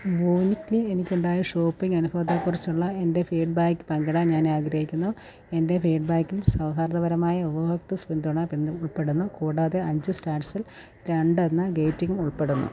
വൂനിക്കിൽ എനിക്കുണ്ടായ ഷോപ്പിങ്ങ് അനുഭവത്തെക്കുറിച്ചുള്ള എന്റെ ഫീഡ്ബാക്ക് പങ്കിടാൻ ഞാനാഗ്രഹിക്കുന്നു എന്റെ ഫീഡ്ബാക്കിൽ സൗഹാർദ്ദപരമായ ഉപഭോക്തൃ പിന്തുണ ഉൾപ്പെടുന്നു കൂടാതെ അഞ്ച് സ്റ്റാർസിൽ രണ്ട് എന്ന ഗേറ്റിങ് ഉൾപ്പെടുന്നു